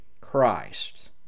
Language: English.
Christ